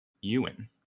Ewan